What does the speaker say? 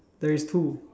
there is two